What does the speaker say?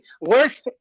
Worst